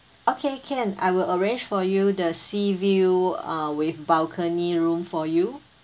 okay can I will arrange for you the sea view uh with balcony room for you